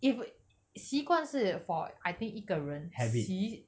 if i~ 习惯是 for I think 一个人习